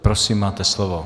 Prosím, máte slovo.